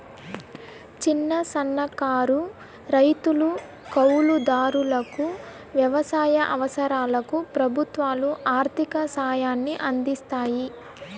చిన్న, సన్నకారు రైతులు, కౌలు దారులకు వ్యవసాయ అవసరాలకు ప్రభుత్వాలు ఆర్ధిక సాయాన్ని అందిస్తాయి